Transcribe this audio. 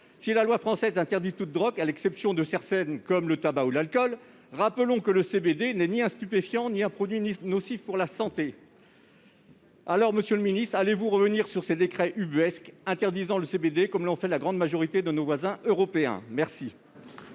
Si la loi française interdit toute drogue à l'exception de certaines comme le tabac ou l'alcool, rappelons que le CBD n'est ni un stupéfiant ni un produit nocif pour la santé. Alors, monsieur le ministre, allez-vous revenir sur ces décrets ubuesques interdisant le CBD, comme l'ont fait la grande majorité de nos voisins européens ? La